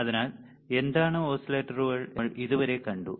അതിനാൽ എന്താണ് ഓസിലേറ്ററുകൾ എന്ന് നമ്മൾ ഇതുവരെ കണ്ടു